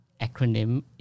acronym